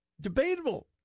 debatable